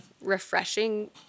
refreshing